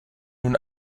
nun